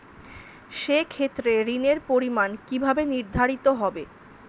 সে ক্ষেত্রে ঋণের পরিমাণ কিভাবে নির্ধারিত হবে?